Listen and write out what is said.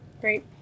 Great